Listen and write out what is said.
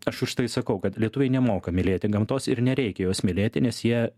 aš už tai sakau kad lietuviai nemoka mylėti gamtos ir nereikia jos mylėti nes jie